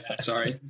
Sorry